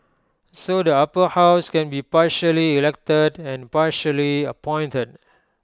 so the Upper House can be partially elected and partially appointed